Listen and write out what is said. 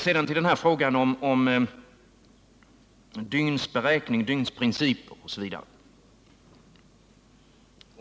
Sedan till principerna för dygnsberäkningen.